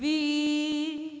we